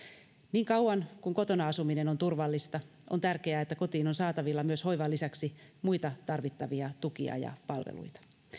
niin kauan kun kotona asuminen on turvallista on tärkeää että kotiin on saatavilla hoivan lisäksi myös muita tarvittavia tukia ja palveluita